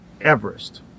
Everest